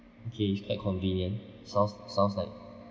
okay is that convenient sounds sounds like